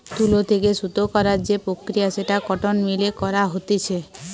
তুলো থেকে সুতো করার যে প্রক্রিয়া সেটা কটন মিল এ করা হতিছে